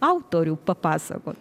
autorių papasakot